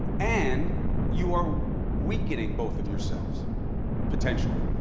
and you are weakening both of yourselves potentially.